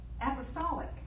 apostolic